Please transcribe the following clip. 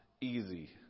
easy